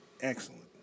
excellent